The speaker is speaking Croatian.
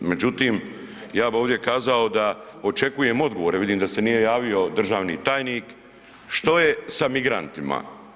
Međutim, ja bi ovdje kazao da očekujem odgovore, vidim da se nije javio državni tajnik, što je sa migrantima?